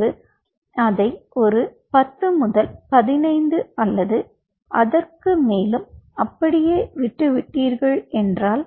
பின்பு அதை ஒரு பத்து முதல் பதினைந்து அல்லது அதற்கு மேலும் அப்படியே விட்டு விட்டீர்களென்றால்